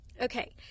okay